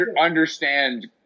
understand